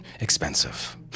expensive